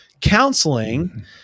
counseling